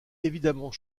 évidemment